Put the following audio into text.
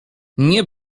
nie